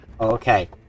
okay